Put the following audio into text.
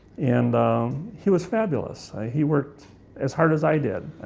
and he was fabulous. he worked as hard as i did.